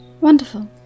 wonderful